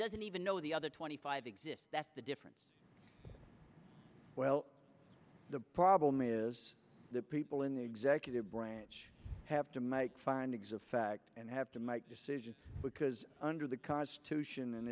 doesn't even know the other twenty five that's the difference well the problem is the people in the executive branch have to make findings of fact and have to make decisions because under the constitution and